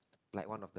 like one of the